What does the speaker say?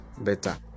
better